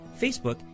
Facebook